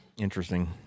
Interesting